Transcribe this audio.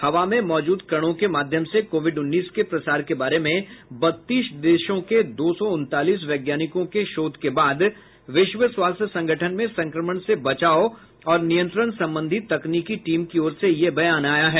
हवा में मौजूद कणों के माध्यम से कोविड उन्नीस के प्रसार के बारे में बत्तीस देशों के दो सौ उनतालीस वैज्ञानिकों के शोध के बाद विश्व स्वास्थ्य संगठन में संक्रमण से बचाव और नियंत्रण सम्बंधी तकनीकी टीम की ओर से ये बयान आया है